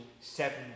seven